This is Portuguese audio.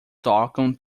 tocam